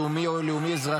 לאומי או לאומי-אזרחי,